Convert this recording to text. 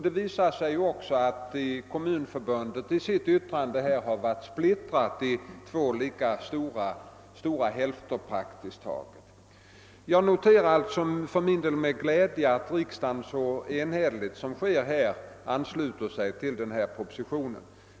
Det visar sig också att Kommunförbundet i sitt yttrande varit splittrat i två praktiskt taget lika stora hälfter. Jag noterar alltså för min del med glädje att riksdagen så enhälligt som sker ansluter sig till propositionen.